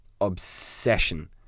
obsession